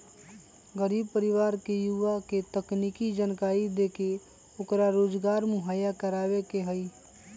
गरीब परिवार के युवा के तकनीकी जानकरी देके ओकरा रोजगार मुहैया करवावे के हई